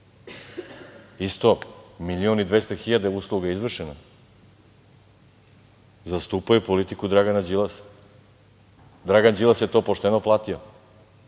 Isto, milion i 200 hiljada, usluga je izvršena. Zastupao je politiku Dragana Đilasa. Dragan Đilas je to pošteno platio.